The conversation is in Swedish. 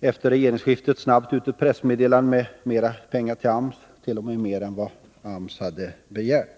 efter regeringsskiftet snabbt ut ett pressmeddelande om mera pengar till AMS, t.o.m. mer än AMS hade begärt.